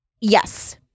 Yes